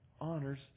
honors